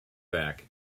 back